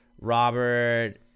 robert